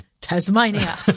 Tasmania